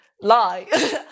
lie